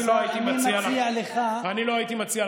אני לא הייתי מציע לך לחזור.